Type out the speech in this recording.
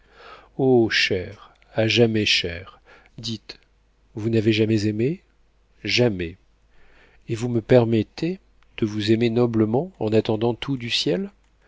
chère à jamais chère dites vous n'avez jamais aimé jamais et vous me permettez de vous aimer noblement en attendant tout du ciel